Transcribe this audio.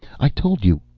i told you